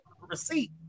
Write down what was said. receipt